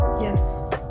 Yes